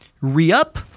re-up